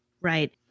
Right